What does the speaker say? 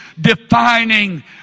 defining